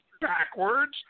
backwards